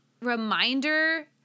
reminder